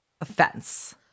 offense